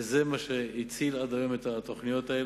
וזה מה שהציל עד היום את התוכניות האלה.